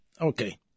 okay